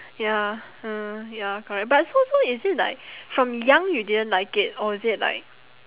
ya mm ya correct but so so is it like from young you didn't like it or is it like